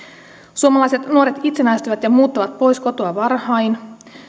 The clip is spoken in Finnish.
suomalaiset nuoret itsenäistyvät ja muuttavat pois kotoa varhain